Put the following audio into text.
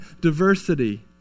diversity